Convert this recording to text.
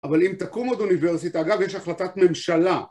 אבל אם תקום עוד אוניברסיטה, אגב, יש החלטת ממשלה.